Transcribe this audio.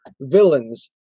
villains